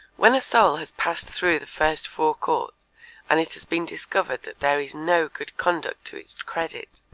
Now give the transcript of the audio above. when a soul has passed through the first four courts and it has been discovered that there is no good conduct to its credit,